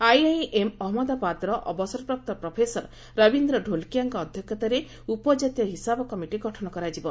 IIM ଅହନ୍ନଦାବାଦର ଅବସରପ୍ରାପ୍ତ professor Rabindra ଡ଼ୋଲକିଆଙ୍କ ଅଧ୍ୟକ୍ଷତାରେ ଉପ ଜାତୀୟ ହିସାବ କମିଟି ଗଠନ କରାଯିବ